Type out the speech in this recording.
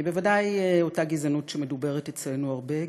בוודאי אותה גזענות שמדוברת אצלנו הרבה,